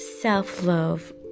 self-love